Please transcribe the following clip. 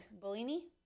Bellini